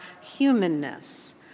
humanness